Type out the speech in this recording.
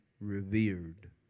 revered